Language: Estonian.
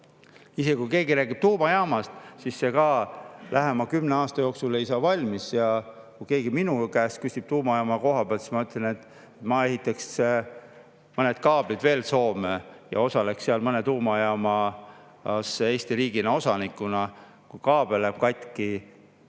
Isegi kui keegi räägib tuumajaamast, siis see lähima kümne aasta jooksul ei saa valmis. Ja kui keegi minu käest küsib tuumajaama kohta, siis ma ütlen, et ma ehitaks mõned kaablid veel Soome ja osaleks Eesti riigina seal mõnes tuumajaamas osanikuna. Kui kaabel läheb katki,